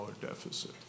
deficit